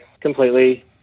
completely